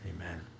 amen